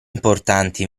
importante